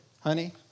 Honey